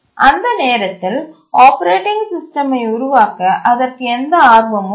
அந்த நேரத்தில் ஆப்பரேட்டிங் சிஸ்டமை உருவாக்க அதற்கு எந்த ஆர்வமும் இல்லை